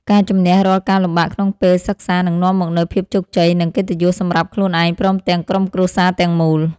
ការជម្នះរាល់ការលំបាកក្នុងពេលសិក្សានឹងនាំមកនូវភាពជោគជ័យ និង កិត្តិយសសម្រាប់ខ្លួនឯងព្រមទាំងក្រុមគ្រួសារទាំងមូល។